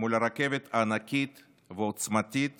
מול הרכבת הענקית והעוצמתית